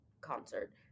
concert